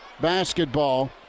basketball